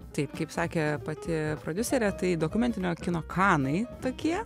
taip kaip sakė pati prodiuserė tai dokumentinio kino chanai tokie